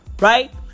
Right